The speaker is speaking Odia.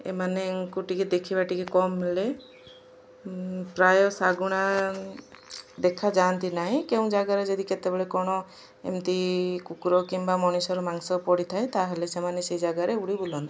ଏମାନେଙ୍କୁ ଟିକେ ଦେଖିବା ଟିକେ କମ୍ ହେଲେ ପ୍ରାୟ ଶାଗୁଣା ଦେଖା ଯାଆନ୍ତି ନାହିଁ କେଉଁ ଜାଗାରେ ଯଦି କେତେବେଳେ କଣ ଏମିତି କୁକୁର କିମ୍ବା ମଣିଷର ମାଂସ ପଡ଼ିଥାଏ ତା'ହେଲେ ସେମାନେ ସେଇ ଜାଗାରେ ଉଡ଼ି ବୁଲନ୍ତି